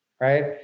Right